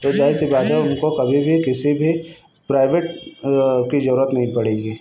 तो यह ज़ाहिर सी बात है उनको कभी भी किसी भी प्राइवेट की ज़रूरत नहीं पड़ेगी